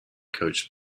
coached